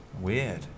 Weird